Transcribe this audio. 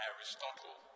Aristotle